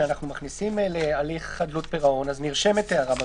כשאנחנו מכניסים להליך חדלות פירעון נרשמת הערה במרשם.